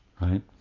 right